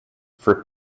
for